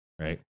right